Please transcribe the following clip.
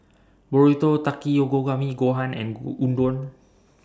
Burrito Takikomi Gohan and Udon